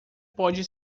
pode